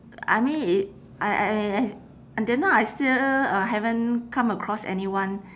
I mean it I I I until now I still uh haven't come across anyone